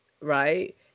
right